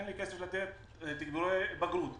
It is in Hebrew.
אין לי כסף לתת לתגבור לבגרות,